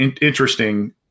interesting